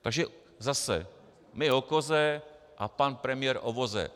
Takže zase my o koze a pan premiér o voze.